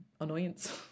annoyance